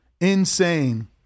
Insane